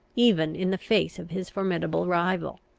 even in the face of his formidable rival.